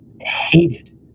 hated